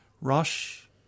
Rush